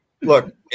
Look